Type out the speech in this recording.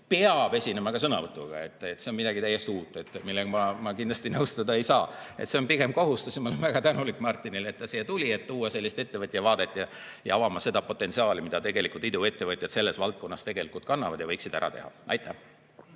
peab esinema ka sõnavõtuga. See on midagi täiesti uut ja sellega ma kindlasti nõustuda ei saa, et see oleks pigem kohustus. Ma olen väga tänulik Martinile, et ta siia tuli, tooma siia ettevõtja vaadet ja avama seda potentsiaali, mida tegelikult iduettevõtjad selles valdkonnas kannavad ja võiksid ära teha. Aitäh,